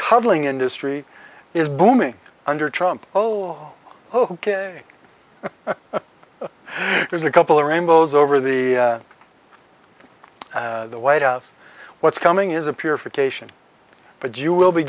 cuddling industry is booming under trump oh ok there's a couple or ambos over the the white house what's coming is a purification but you will be